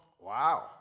Wow